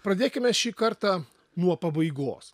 pradėkime šį kartą nuo pabaigos